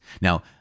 Now